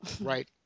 Right